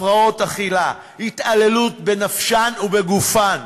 הפרעות אכילה, התעללות בנפשן ובגופן,